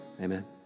amen